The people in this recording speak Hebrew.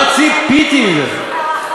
לא ציפיתי לזה,